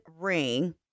ring